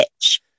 bitch